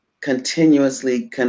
continuously